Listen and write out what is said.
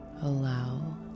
Allow